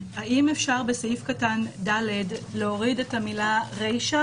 האם אפשר בסעיף קטן (ד) להוריד את המילה רישא